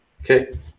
Okay